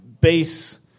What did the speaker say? base